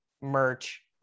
merch